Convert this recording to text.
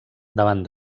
davant